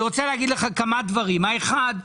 אני רוצה להגיד לך כמה דברים: האחד,